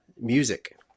music